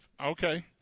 Okay